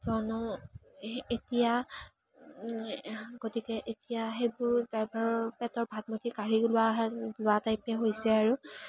কিয়নো এই এতিয়া গতিকে এতিয়া সেইবোৰ ড্ৰাইভাৰৰ পেটৰ ভাত মুঠি কাঢ়ি লোৱা হেন লোৱাৰ টাইপে হৈছে আৰু